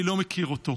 אני לא מכיר אותו,